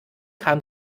kam